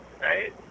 right